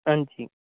हां जी